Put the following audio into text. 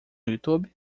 youtube